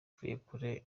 mvuyekure